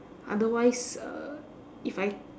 otherwise uh if I